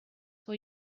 for